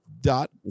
dot